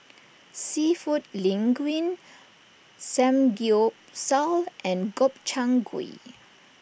Seafood Linguine Samgyeopsal and Gobchang Gui